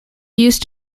used